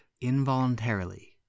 involuntarily